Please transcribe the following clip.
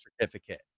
certificate